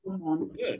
good